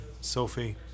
Sophie